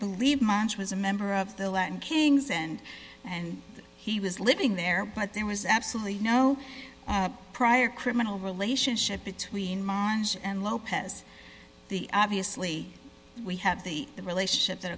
believe much was a member of the latin kings and and he was living there but there was absolutely no prior criminal relationship between monash and lopez the obviously we have the the relationship that